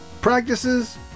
practices